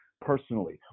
personally